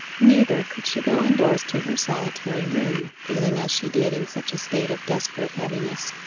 neither could she go indoors to her solitary room, feeling as she did in such a state of desperate heaviness.